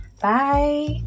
bye